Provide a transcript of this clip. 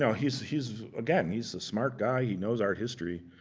know, he's he's again, he's a smart guy. he knows art history.